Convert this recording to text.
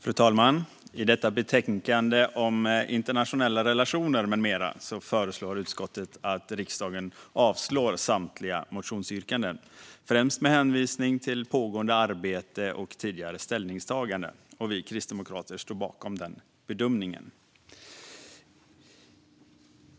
Fru talman! I detta betänkande om internationella relationer med mera föreslår utskottet att riksdagen avslår samtliga motionsyrkanden, främst med hänvisning till pågående arbete och tidigare ställningstaganden. Vi kristdemokrater står bakom den bedömningen.